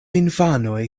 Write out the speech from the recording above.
infanoj